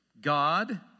God